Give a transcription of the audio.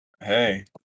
Hey